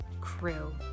crew